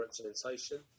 representation